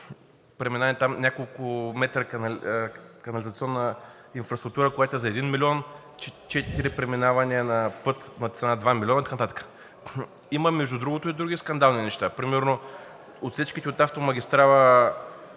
преминаване на няколко метра канализационна инфраструктура, която е за 1 милион, четири преминавания на път на цена 2 милиона и така нататък. Има, между другото, и други скандални неща. Примерно отсечките от автомагистрала